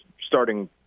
starting